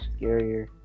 scarier